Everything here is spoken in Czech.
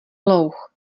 louh